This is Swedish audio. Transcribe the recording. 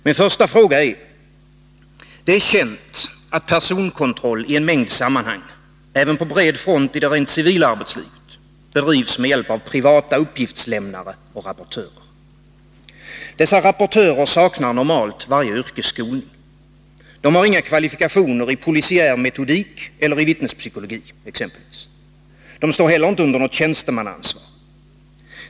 Min första fråga gäller följande: Det är känt att personkontrolli en mängd sammanhang, även på bred front i det rent civila arbetslivet, bedrivs med hjälp av privata uppgiftslämnare och rapportörer. Dessa rapportörer saknar normalt varje yrkesskolning. De har inga kvalifikationer i polisiär metodik eller i exempelvis vittnespsykologi. De står inte heller under något tjänstemannaansvar.